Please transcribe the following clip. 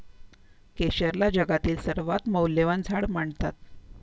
केशरला जगातील सर्वात मौल्यवान झाड मानतात